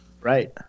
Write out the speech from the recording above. right